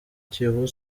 kiyovu